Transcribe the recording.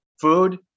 food